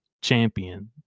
champion